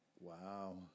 Wow